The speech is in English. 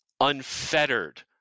unfettered